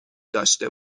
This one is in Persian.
داشته